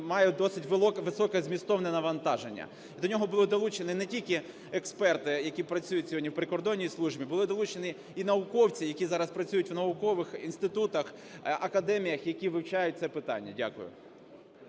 має досить високе змістовне навантаження, і до нього були долучені не тільки експерти, які працюють сьогодні в прикордонній службі, були долучені і науковці, які зараз працюють у наукових інститутах, академіях, які вивчають це питання. Дякую.